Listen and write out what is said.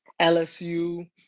LSU